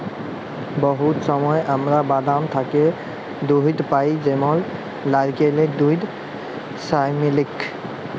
বহুত সময় আমরা বাদাম থ্যাকে দুহুদ পাই যেমল লাইরকেলের দুহুদ, সয়ামিলিক